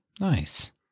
Nice